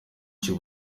cy’u